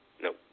No